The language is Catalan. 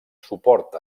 suport